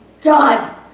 God